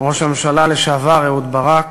ראש הממשלה לשעבר אהוד ברק,